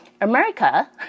America